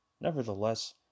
Nevertheless